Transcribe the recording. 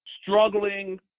struggling